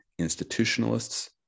institutionalists